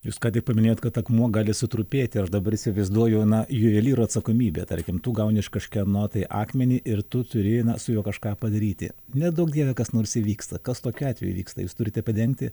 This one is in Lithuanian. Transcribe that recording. jūs kątik paminėjot kad akmuo gali sutrupėti aš dabar įsivaizduoju na juvelyro atsakomybė tarkim tu gauni iš kažkieno tai akmenį ir tu turi na su juo kažką padaryti neduok dieve kas nors įvyksta kas tokiu atveju vyksta jūs turite padengti